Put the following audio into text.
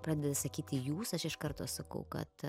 pradeda sakyti jūs aš iš karto sakau kad